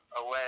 away